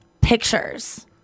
Pictures